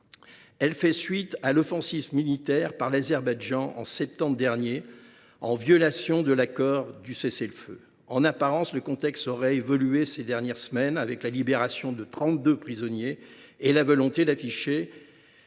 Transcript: fait suite à l’offensive militaire menée par l’Azerbaïdjan en septembre dernier, en violation de l’accord de cessez le feu. En apparence, le contexte a évolué ces dernières semaines, avec la libération de trente deux prisonniers et la volonté affichée